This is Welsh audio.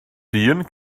dyn